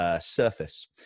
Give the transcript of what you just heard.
Surface